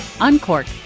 uncork